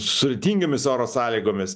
sudėtingomis oro sąlygomis